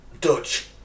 Dutch